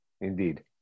Indeed